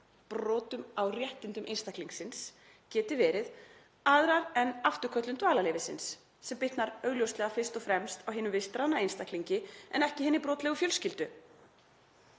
broti á réttindum einstaklingsins, geti verið aðrar en afturköllun dvalarleyfisins sem bitnar augljóslega fyrst og fremst á hinum vistráðna einstaklingi en ekki hinni brotlegu fjölskyldu.